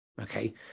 Okay